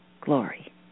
glory